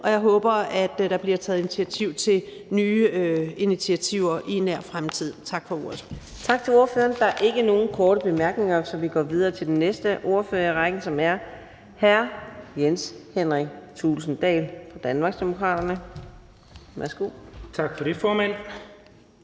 og jeg håber, at der bliver taget nye initiativer i nær fremtid. Tak for ordet. Kl. 18:53 Fjerde næstformand (Karina Adsbøl): Tak til ordføreren. Der er ikke nogen korte bemærkninger, så vi går videre til den næste ordfører i rækken, som er hr. Jens Henrik Thulesen Dahl fra Danmarksdemokraterne. Værsgo. Kl. 18:53 (Ordfører)